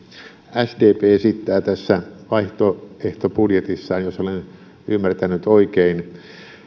sdp esittää tässä vaihtoehtobudjetissaan jos olen ymmärtänyt oikein